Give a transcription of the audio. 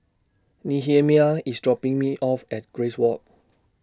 Nehemiah IS dropping Me off At Grace Walk